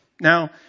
Now